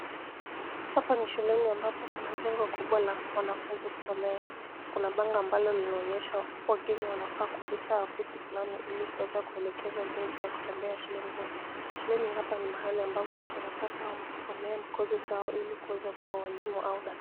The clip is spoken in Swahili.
Hapa ni shuleni ambapo kuna jengo kubwa la wanafunzi kusomea. Kuna bango ambalo linaonyesha wageni wanafaa kupita ofisi fulani ili kuweza kuelekezwa jinsi ya kutembea shuleni humu. Shuleni hapa ni mahali ambapo watu wanapata kusomea makosi zao ili kuweza kuwa walimu au madaktari.